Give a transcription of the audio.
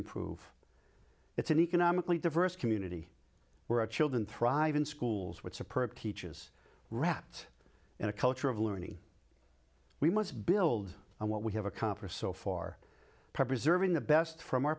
improve it's an economically diverse community where our children thrive in schools what's a perk teaches wrapped in a culture of learning we must build on what we have accomplished so far preserving the best from our